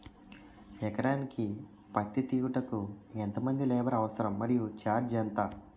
ఎకరానికి పత్తి తీయుటకు ఎంత మంది లేబర్ అవసరం? మరియు ఛార్జ్ ఎంత?